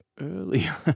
earlier